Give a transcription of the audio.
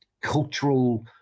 cultural